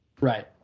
Right